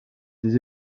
des